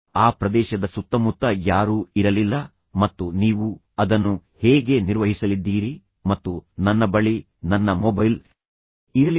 ಆ ಪ್ರದೇಶದ ಸುತ್ತಮುತ್ತ ಯಾರೂ ಇರಲಿಲ್ಲ ಮತ್ತು ನೀವು ಅದನ್ನು ಹೇಗೆ ನಿರ್ವಹಿಸಲಿದ್ದೀರಿ ಮತ್ತು ನನ್ನ ಬಳಿ ನನ್ನ ಮೊಬೈಲ್ ಇರಲಿಲ್ಲ